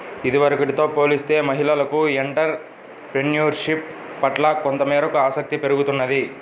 ఇదివరకటితో పోలిస్తే మహిళలకు ఎంటర్ ప్రెన్యూర్షిప్ పట్ల కొంతమేరకు ఆసక్తి పెరుగుతున్నది